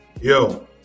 Yo